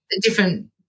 different